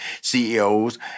CEOs